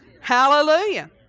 Hallelujah